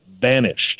Vanished